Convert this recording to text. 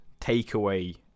takeaway